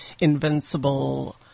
invincible